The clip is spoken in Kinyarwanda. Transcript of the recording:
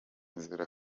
kugenzura